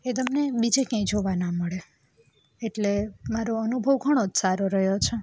એ તમને બીજે ક્યાંય જોવા ના મળે એટલે મારો અનુભવ ઘણો જ સારો રહ્યો છે